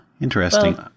interesting